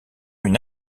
une